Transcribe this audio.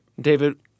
David